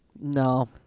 No